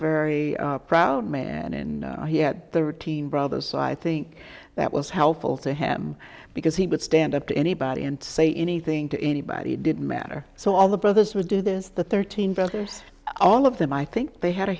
very proud man and he had thirteen brothers so i think that was helpful to him because he would stand up to anybody and say anything to anybody didn't matter so all the brothers would do this the thirteen brothers all of them i think they had a